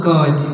God